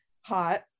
hot